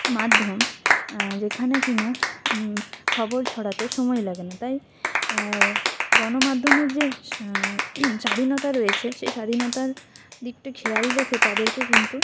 মাধ্যম যেখানে কি না খবর ছড়াতে সময় লাগে না তাই গণমাধ্যমের যে স্বাধীনতা রয়েছে সে স্বাধীনতার দিকটা খেয়াল রেখে তাদেরকে কিন্তু